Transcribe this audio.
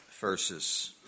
verses